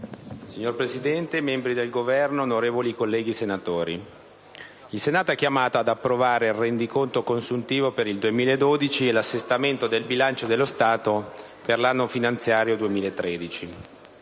signor rappresentante del Governo, onorevoli colleghi senatori, il Senato è chiamato ad approvare il rendiconto consuntivo per il 2012 e l'assestamento del bilancio dello Stato per l'anno finanziario 2013.